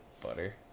butter